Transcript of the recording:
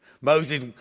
Moses